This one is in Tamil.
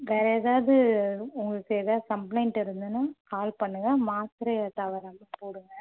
வேறு எதாவது உங்களுக்கு எதாவது கம்ப்ளைண்ட் இருந்துதுனால் கால் பண்ணுங்கள் மாத்தரையை தவறாமல் போடுங்க